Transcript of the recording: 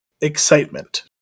excitement